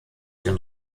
den